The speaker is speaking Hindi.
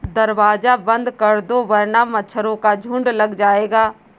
दरवाज़ा बंद कर दो वरना मच्छरों का झुंड लग जाएगा